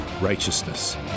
righteousness